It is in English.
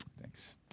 Thanks